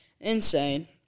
Insane